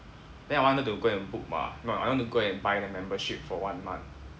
then I wanted to go and book mah no I wanted to go and buy their membership for one month